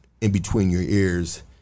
in-between-your-ears